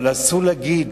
אבל אסור להגיד